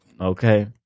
okay